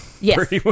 Yes